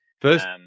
First